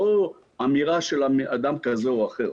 לא אמירה של אדם כזה או אחר.